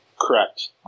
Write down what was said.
Correct